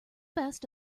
best